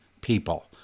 people